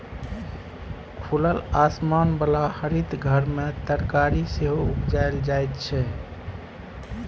खुलल आसमान बला हरित घर मे तरकारी सेहो उपजाएल जाइ छै